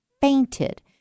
fainted